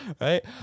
Right